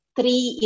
Three